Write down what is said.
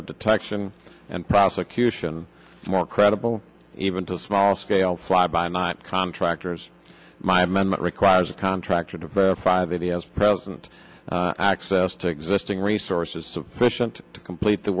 of detection and prosecution more credible even to small scale fly by night contractors my amendment requires a contractor to verify that he has present access to existing resources sufficient to complete the